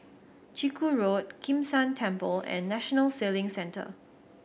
Chiku Road Kim San Temple and National Sailing Centre